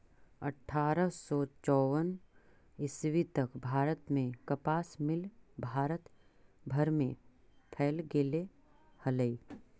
अट्ठारह सौ चौवन ईस्वी तक भारत में कपास मिल भारत भर में फैल गेले हलई